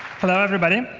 hello, everybody.